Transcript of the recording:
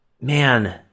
man